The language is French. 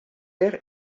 ère